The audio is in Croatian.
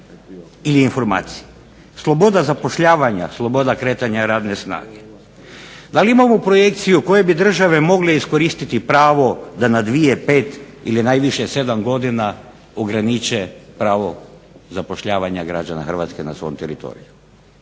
ili informacije. Sloboda zapošljavanja, sloboda kretanja radne snage. DA li imamo projekciju koje bi države mogle iskoristiti pravo da na 2, 5 ili najviše 7 godina ograniče pravo zapošljavanja građana Hrvatske na svom teritoriju,